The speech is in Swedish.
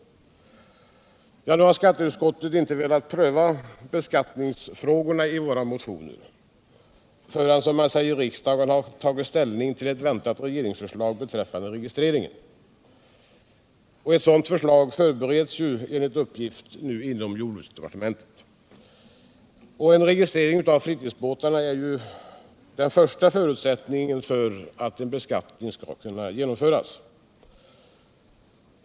Skatteutskottet har nu inte velat pröva beskattningsfrågorna i våra motioner förrän, som man säger, riksdagen har tagit ställning till ett väntat regeringsförslag beträffande registreringen. Och ett sådant förslag förbereds ju enligt uppgift inom jordbruksdepartementet. En registrering av fritidsbåtärna är ju den första förutsättningen för att en beskattning skall kunna genomföras.